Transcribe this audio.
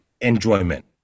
enjoyment